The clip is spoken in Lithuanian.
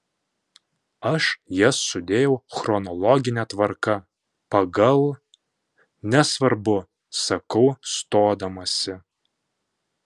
aš jas sudėjau chronologine tvarka pagal nesvarbu sakau stodamasi